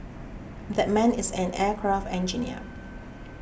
that man is an aircraft engineer